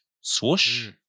swoosh